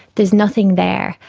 there is nothing there.